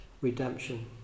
redemption